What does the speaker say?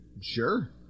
Sure